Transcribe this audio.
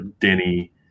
Denny